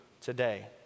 today